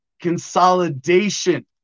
consolidation